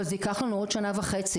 אבל זה ייקח לנו עוד שנה וחצי".